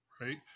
right